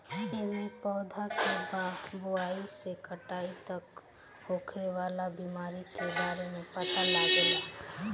एमे पौधा के बोआई से कटाई तक होखे वाला बीमारी के बारे में पता लागेला